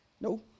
No